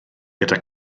gyda